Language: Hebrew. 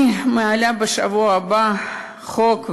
אני מעלה בשבוע הבא חוק,